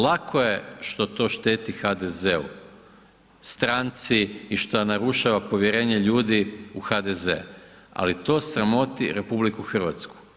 Lako je što to šteti HDZ-u, stranci i šta narušava povjerenje ljudi u HDZ, ali to sramoti RH.